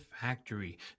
factory